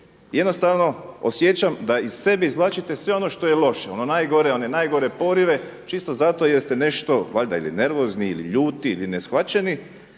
jednostavno osjećam da iz sebe izvlačite sve ono što je loše, ono najgore, one najgore porive čisto zato jer ste nešto valjda ili nervozni ili ljuti ili ne shvaćeni